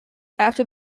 after